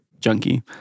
Junkie